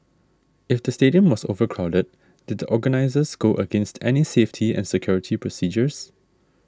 if the stadium was overcrowded did the organisers go against any safety and security procedures